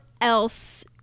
else